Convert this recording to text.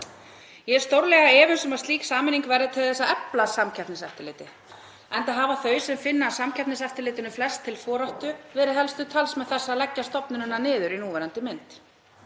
Ég er stórlega efins um að slík sameining verði til þess að efla Samkeppniseftirlitið enda hafa þau sem finna Samkeppniseftirlitinu flest til foráttu verið helstu talsmenn þess að leggja stofnunina niður í núverandi mynd.